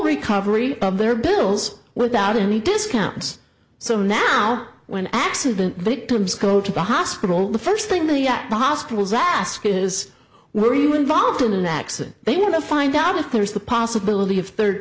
recovery of their bills without any discounts so now when accident victims go to the hospital the first thing the at the hospitals ask is were you involved in an accident they want to find out if there is the possibility of third